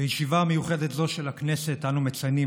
בישיבה מיוחדת זו של הכנסת אנו לא רק מציינים